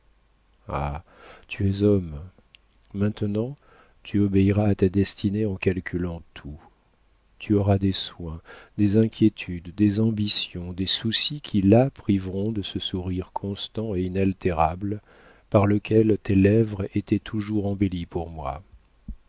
tu es homme maintenant tu obéiras à ta destinée en calculant tout tu auras des soins des inquiétudes des ambitions des soucis qui la priveront de ce sourire constant et inaltérable par lequel tes lèvres étaient toujours embellies pour moi